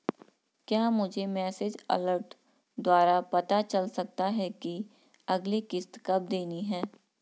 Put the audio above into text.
क्या मुझे message alert द्वारा पता चल सकता कि अगली किश्त कब देनी है?